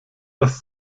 das